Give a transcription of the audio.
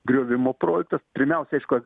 griovimo projektas pirmiausiai aišku